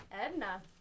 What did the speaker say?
Edna